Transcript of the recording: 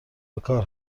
بکار